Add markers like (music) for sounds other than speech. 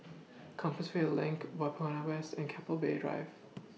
(noise) Compassvale LINK Whampoa West and Keppel Bay Drive (noise)